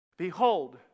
Behold